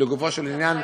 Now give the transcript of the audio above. לגופו של עניין,